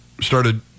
started